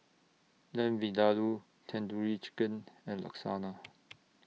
Lamb Vindaloo Tandoori Chicken and Lasagne